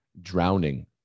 drowning